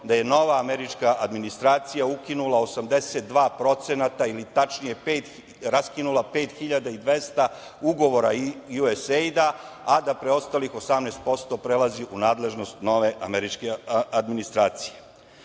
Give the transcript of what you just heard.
da je nova američka administracija ukinula 82% ili tačnije, raskinula 5.200 ugovora USAID-a, a da preostalih 18% prelazi u nadležnost nove američke administracije. Taj